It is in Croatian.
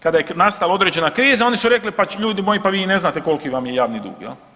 Kada je nastala određena kriza oni su rekli pa ljudi moji pa vi i ne znate koliki vam je javni dug.